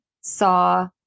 saw